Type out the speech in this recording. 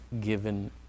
given